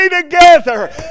together